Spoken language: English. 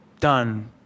done